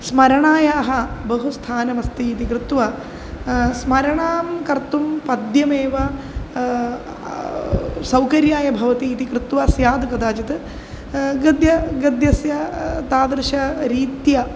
स्मरणायाः बहु स्थानमस्ति इति कृत्वा स्मरणं कर्तुं पद्यमेव सौकर्याय भवति इति कृत्वा स्याद् कदाचित् गद्यं गद्यस्य तादृशरीत्या